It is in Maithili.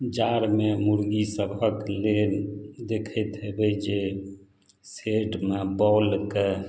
जाड़मे मुर्गी सभक लेल देखैत हेबै जे सेटमे बॉलके